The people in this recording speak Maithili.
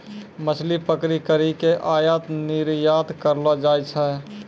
मछली पकड़ी करी के आयात निरयात करलो जाय छै